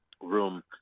room